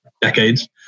decades